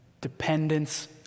dependence